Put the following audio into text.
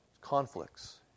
Conflicts